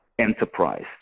Enterprise